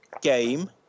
game